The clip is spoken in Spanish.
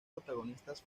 protagonistas